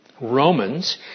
Romans